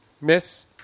Miss